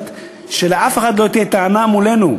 ולאף אחד לא תהיה טענה מולנו,